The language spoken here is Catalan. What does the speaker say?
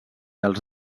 els